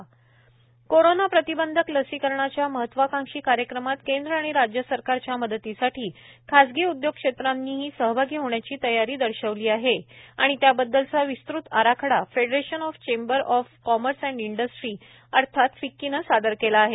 खासगी उदयोग कोरोना प्रतिबंधक लसीकरणाच्या महत्वाकांक्षी कार्यक्रमात केंद्र आणि राज्य सरकारच्या मदतीसाठी खासगी उदयोग क्षेत्रानंही सहभागी होण्याची तयारी दर्शवली आहे आणि त्याबददलचा विस्तृत आराखडा federation of chamber of commerce and industry अर्थात फिक्कीनं सादर केला आहे